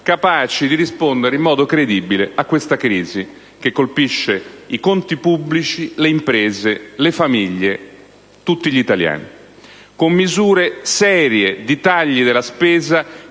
capaci di rispondere in modo credibile a questa crisi che colpisce i conti pubblici, le imprese, le famiglie, tutti gli italiani: con misure serie di tagli della spesa